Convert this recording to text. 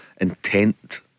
intent